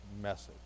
message